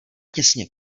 těsně